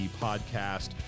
podcast